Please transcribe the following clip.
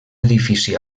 edifici